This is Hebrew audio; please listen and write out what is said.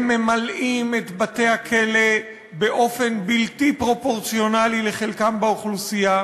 הם ממלאים את בתי-הכלא באופן בלתי פרופורציונלי לחלקם באוכלוסייה,